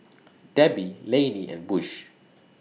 Debby Lainey and Bush